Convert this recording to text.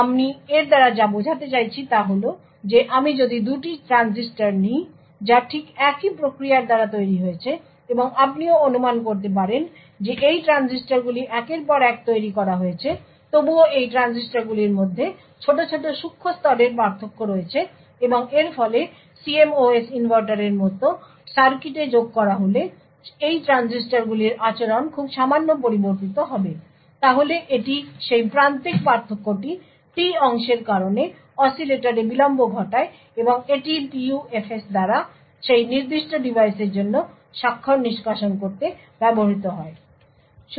সুতরাং আমি এর দ্বারা যা বোঝাতে চাইছি তা হল যে আমি যদি 2টি ট্রানজিস্টর নিই যা ঠিক একই প্রক্রিয়ার দ্বারা তৈরি করা হয়েছে এবং আপনিও অনুমান করতে পারেন যে এই ট্রানজিস্টরগুলি একের পর এক তৈরি করা হয়েছে তবুও এই ট্রানজিস্টরগুলির মধ্যে ছোট ছোট সূক্ষ্ণস্তরের পার্থক্য রয়েছে এবং এর ফলে CMOS ইনভার্টারের মতো সার্কিটে যোগ করা হলে এই ট্রানজিস্টরগুলির আচরণ খুব সামান্য পরিবর্তিত হবে তাহলে এটি সেই প্রান্তিক পার্থক্যটি T অংশের কারণে অসিলেটরে বিলম্ব ঘটায় এবং এটিই PUFs দ্বারা সেই নির্দিষ্ট ডিভাইসের জন্য স্বাক্ষর নিষ্কাশন করতে ব্যবহৃত হয়